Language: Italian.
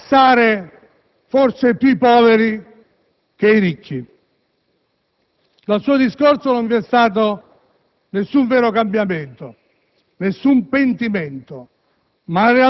vice ministro Visco, abilissimo nel tassare forse più i poveri che i ricchi. Nel suo discorso non vi è stato